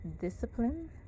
discipline